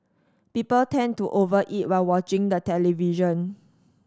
people tend to over eat while watching the television